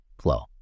flow